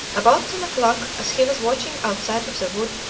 about ten o'clock, as he was watching outside of the wood,